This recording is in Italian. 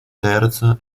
terza